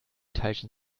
teilchen